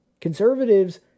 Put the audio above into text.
Conservatives